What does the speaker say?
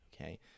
Okay